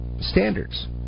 standards